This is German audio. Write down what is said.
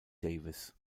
davis